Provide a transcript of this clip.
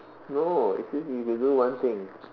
no it says if you could do one thing